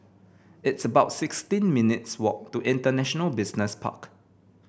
it's about sixteen minutes' walk to International Business Park